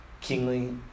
kingly